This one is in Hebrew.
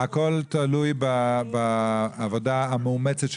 הכל תלוי בעבודה המאומצת,